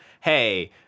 hey